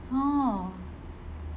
oh